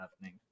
happening